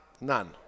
None